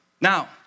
Now